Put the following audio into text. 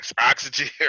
Oxygen